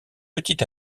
petit